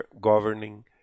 governing